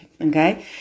Okay